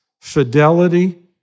fidelity